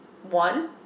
one